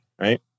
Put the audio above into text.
right